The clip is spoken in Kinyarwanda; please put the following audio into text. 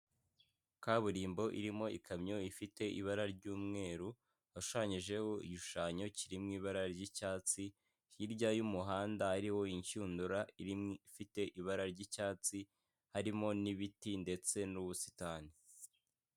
Kaburimbo irimo ikamyo ifite ibara ry'umweru hashushanyijeho igishushanyo kiri mu ibara ry'icyatsi, hirya y'umuhanda hariho inshundura ifite ibara ry'icyatsi, harimo n'ibiti ndetse n'ubusitani.